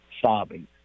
sobbing